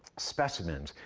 specimens,